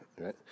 right